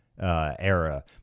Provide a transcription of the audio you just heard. Era